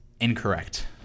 incorrect